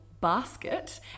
basket